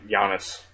Giannis